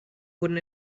wurden